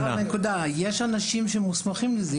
יש אנשים שמוסמכים לקבוע את זה.